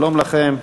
שלום לכם.